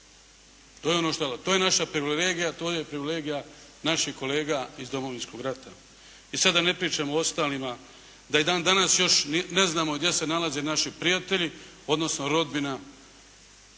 To je naša privilegija, to je privilegija naših kolega iz Domovinskog rata. I sad da ne pričam o ostalima, da je dan danas još ne znamo gdje se nalaze naši prijatelji, odnosno rodbina